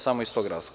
Samo iz tog razloga.